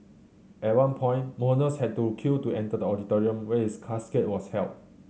at one point mourners had to queue to enter the auditorium where his casket was held